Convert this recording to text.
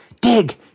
Dig